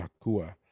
Nakua